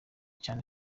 cyane